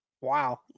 Wow